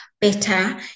better